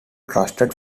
trusted